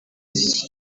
z’iki